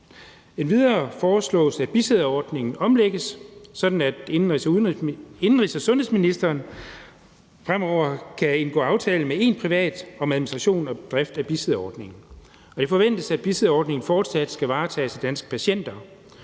Endvidere foreslås det, at bisidderordningen omlægges, sådan at indenrigs- og sundhedsministeren fremover kan indgå aftale med én privat institution om administration og drift af bisidderordningen. Og det forventes, at bisidderordningen fortsat skal varetages af Danske Patienter.